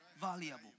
valuable